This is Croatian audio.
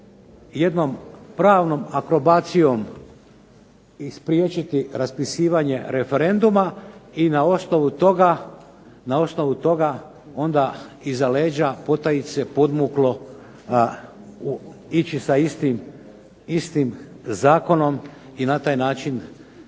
jednom pravnom akrobacijom spriječiti raspisivanje referenduma i na osnovu toga onda iza leđa potajice, podmuklo ići sa istim zakonom i na taj način